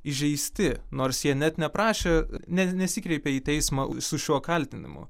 įžeisti nors jie net neprašė net nesikreipė į teismą su šiuo kaltinimu